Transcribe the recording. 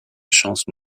chance